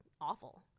awful